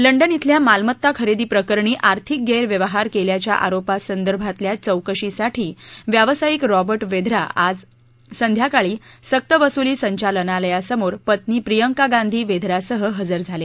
London इथल्या मालमत्ता खरेदी प्रकरणी आर्थिक गैरव्यवहार केल्याच्या आरोपा संदर्भातल्या चौकशीसाठी व्यावसायिक रॉबर्ट वेधरा आज संध्याकाळी सक्त वसुली संचालनालयासमोर पत्नी प्रियंका गांधी वेधरासह हजर झाले